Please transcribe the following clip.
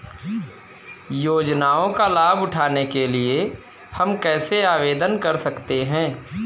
योजनाओं का लाभ उठाने के लिए हम कैसे आवेदन कर सकते हैं?